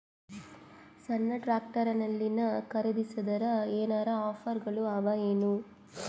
ಸಣ್ಣ ಟ್ರ್ಯಾಕ್ಟರ್ನಲ್ಲಿನ ಖರದಿಸಿದರ ಏನರ ಆಫರ್ ಗಳು ಅವಾಯೇನು?